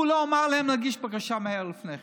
הוא לא אמר להם להגיש בקשה מהר לפני כן.